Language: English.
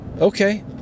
Okay